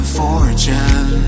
fortune